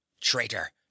traitor